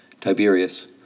Tiberius